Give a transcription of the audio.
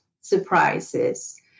surprises